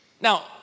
Now